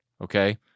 Okay